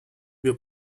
wir